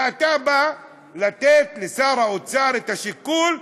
ואתה בא לתת לשר האוצר את השיקול: